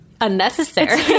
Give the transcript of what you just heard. unnecessary